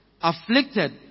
afflicted